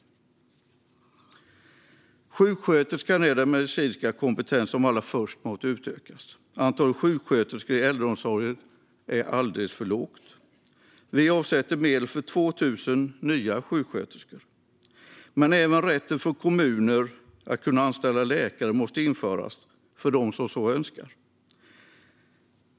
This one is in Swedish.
Sjuksköterskan är den medicinska kompetens som allra först måste utökas. Antalet sjuksköterskor i äldreomsorgen är alldeles för lågt. Vi avsätter medel för 2 000 nya sjuksköterskor. Även rätten för kommuner att kunna anställa läkare måste införas för dem som så önskar.